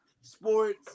sports